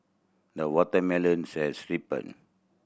the watermelons has ripened